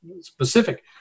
specific